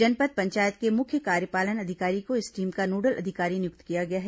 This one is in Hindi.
जनपद पंचायत के मुख्य कार्यपालन अधिकारी को इस टीम का नोडल अधिकारी नियुक्त किया गया है